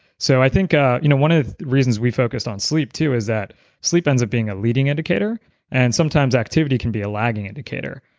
so i think ah you know one of the reasons we focused on sleep too is that sleep ends up being a leading indicator and sometimes activity can be a lagging indicator,